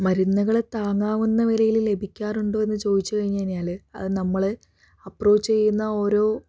മരുന്നുകൾ താങ്ങാവുന്ന വിലയില് ലഭിക്കാറുണ്ടോയെന്ന് ചോദിച്ച് കഴിഞ്ഞ് കഴിഞ്ഞാല് അത് നമ്മള് അപ്രോച്ച് ചെയ്യുന്ന ഓരോ